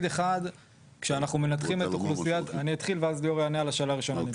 אני אתחיל מהשאלה השנייה ואז ליאור יענה על השאלה הראשונה.